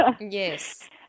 Yes